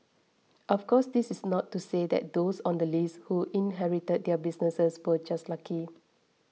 of course this is not to say that those on the list who inherited their businesses were just lucky